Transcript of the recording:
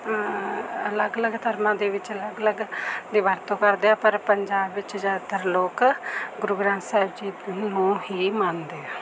ਅਲੱਗ ਅਲੱਗ ਧਰਮਾਂ ਦੇ ਵਿੱਚ ਅਲੱਗ ਅਲੱਗ ਦੀ ਵਰਤੋਂ ਕਰਦੇ ਆ ਪਰ ਪੰਜਾਬ ਵਿੱਚ ਜ਼ਿਆਦਾਤਰ ਲੋਕ ਗੁਰੂ ਗ੍ਰੰਥ ਸਾਹਿਬ ਜੀ ਨੂੰ ਹੀ ਮੰਨਦੇ ਆ